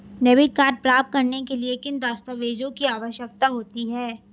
Debit card प्राप्त करने के लिए किन दस्तावेज़ों की आवश्यकता होती है?